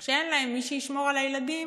הורים שאין להם מי שישמור על הילדים